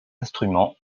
instruments